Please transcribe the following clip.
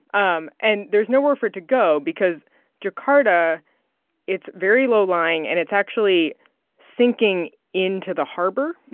um and there's nowhere for it to go because jakarta it's very low-lying. and it's actually sinking into the harbor.